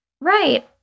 Right